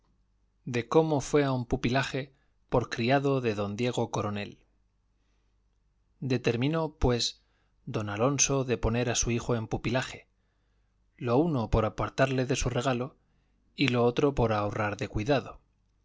de cómo fue a un pupilaje por criado de don diego coronel determinó pues don alonso de poner a su hijo en pupilaje lo uno por apartarle de su regalo y lo otro por ahorrar de cuidado